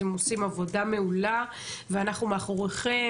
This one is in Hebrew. אתם עושים עבודה מעולה ואנחנו מאחוריכם,